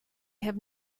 have